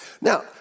Now